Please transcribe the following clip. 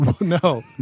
no